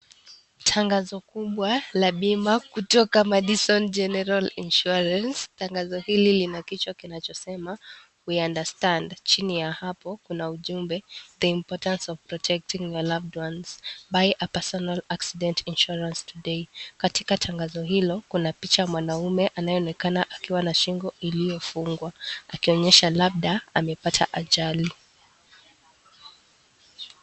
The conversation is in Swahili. Tangazo kumbwa la bima kutoka Madison General Insurance. Tangazo hili lina kichwa kinachosema. (cs) We understand (cs) chini ya hapo kuna ujumbe (cs) the importance of protecting your loved ones by a personal accident insurance today (cs). Katika tangazo hilo, kuna picha mwanaume anayenekana akiwa na shingo iliofungwa. Akionyesha labda amepata ajali.